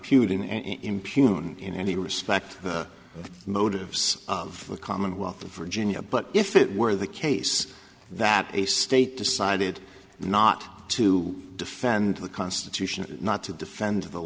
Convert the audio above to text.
impugn in any respect the motives of the commonwealth of virginia but if it were the case that a state decided not to defend the constitution not to defend the